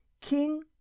king